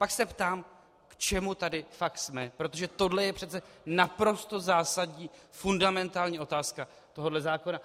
Pak se ptám, k čemu tady fakt jsme, protože tohle je přece naprosto zásadní, fundamentální otázka tohoto zákona.